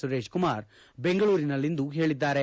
ಸುರೇಶ್ ಕುಮಾರ್ ಬೆಂಗಳೂರಿನಲ್ಲಿಂದು ಹೇಳಿದ್ದಾರೆ